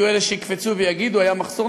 יהיו אלה שיקפצו ויגידו: היה מחסור.